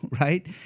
right